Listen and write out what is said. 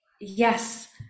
Yes